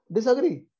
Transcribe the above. Disagree